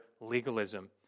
legalism